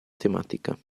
tematica